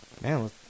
man